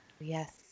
Yes